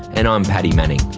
and i'm paddy manning